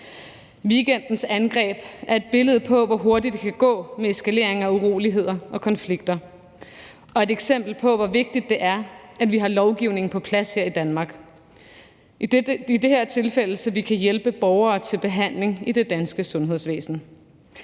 Weekendens angreb er et billede på, hvor hurtigt det kan gå med eskalering af uroligheder og konflikter, og et eksempel på, hvor vigtigt det er, at vi har lovgivningen på plads her i Danmark. Det gælder i det her tilfælde, så vi kan hjælpe borgere til behandling i det danske sundhedsvæsen.